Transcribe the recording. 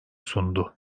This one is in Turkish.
sundu